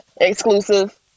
exclusive